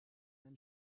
then